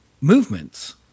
movements